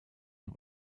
and